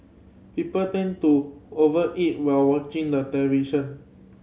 people tend to over eat while watching the television